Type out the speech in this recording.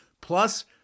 Plus